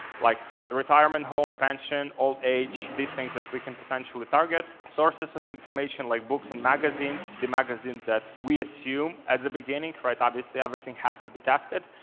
like a retirement home pension, old age, these things that we can potentially target. sources of information like books and magazines. the magazines that we assume at the beginning obviously everything has to be tested,